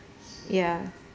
ya